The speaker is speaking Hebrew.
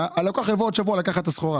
והלקוח יבוא בעוד שבוע לקחת את הסחורה.